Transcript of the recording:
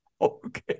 Okay